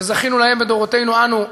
שזכינו להם בדורותינו אנו,